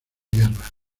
guerra